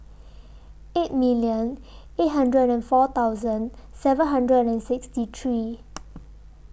eight million eight hundred and four thousand seven hundred and sixty three